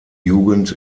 jugend